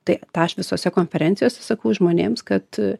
tai tą aš visose konferencijose sakau žmonėms kad